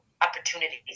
opportunities